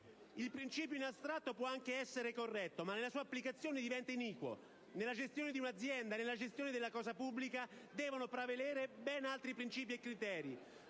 Il principio in astratto può anche essere corretto, ma nella sua applicazione diventa iniquo. Nella gestione di un'azienda o della cosa pubblica devono prevalere ben altri principi e criteri,